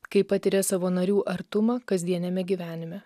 kai patiria savo narių artumą kasdieniame gyvenime